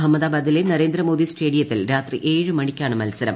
അഹമ്മദാബാദിലെ നരേന്ദ്രമോദി സ്റ്റേഡിയത്തിൽ രാത്രി ഏഴ് മണിക്കാണ് മത്സരം